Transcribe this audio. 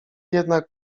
jednak